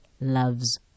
loves